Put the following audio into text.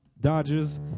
Dodgers